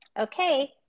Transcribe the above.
Okay